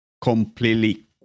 completely